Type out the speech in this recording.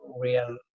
real